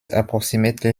approximately